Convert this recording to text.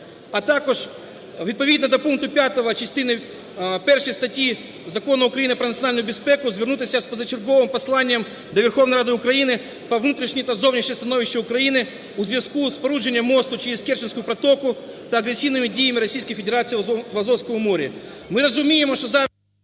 А також відповідно до пункту 5 частини першої статті Закону України "Про національну безпеку" звернутися з позачерговим посланням до Верховної Ради України про внутрішнє та зовнішнє становище України у зв'язку із спорудженням мосту через Керченську протоку та агресивними діями Російської Федерації в Азовському морі. Ми розуміємо, що зараз